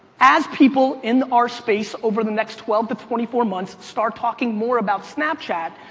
as people in our space over the next twelve to twenty four months, start talking more about snapchat.